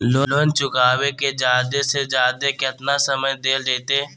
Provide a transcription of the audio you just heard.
Loan चुकाबे के जादे से जादे केतना समय डेल जयते?